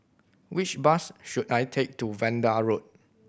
which bus should I take to Vanda Road